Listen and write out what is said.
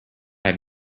have